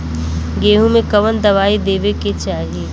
गेहूँ मे कवन दवाई देवे के चाही?